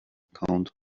counter